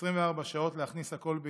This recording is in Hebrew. ב-24 שעות, להכניס הכול ביחד,